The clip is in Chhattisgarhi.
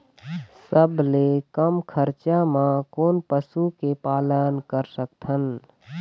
सबले कम खरचा मा कोन पशु के पालन कर सकथन?